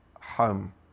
home